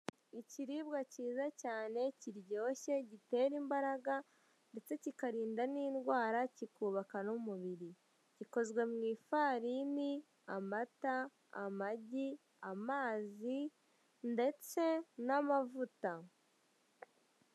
Ikiribwa kiza cyane kiryoshye gitera imbaraga ndetse kikarinda n'indwara cyikubaka n'umubiri, gikozwe mw'ifarini amata amagi amazi ndetse n'amavuta.